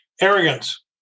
arrogance